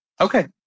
Okay